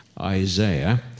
Isaiah